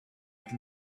can